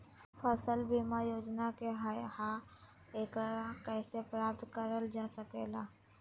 फसल बीमा योजना की हय आ एकरा कैसे प्राप्त करल जा सकों हय?